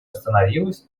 остановилась